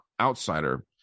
outsider